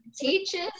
teachers